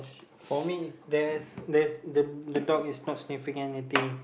for me there's there's the the dog is not sniffing anything